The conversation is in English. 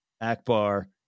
Akbar